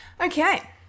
Okay